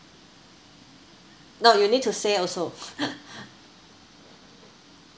no you need to say also